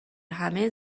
همه